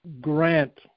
grant